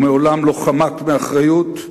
הוא מעולם לא חמק מאחריות,